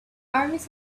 armies